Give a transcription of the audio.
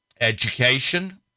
Education